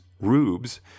rubes